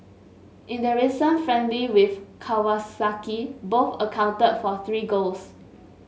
in their recent friendly with Kawasaki both accounted for three goals